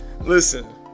Listen